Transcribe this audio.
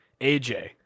AJ